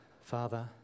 Father